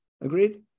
Agreed